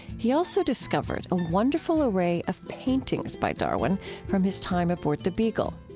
he also discovered a wonderful array of paintings by darwin from his time aboard the beagle.